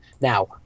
now